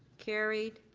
carried.